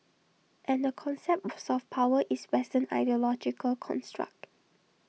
and the concept of soft power is western ideological construct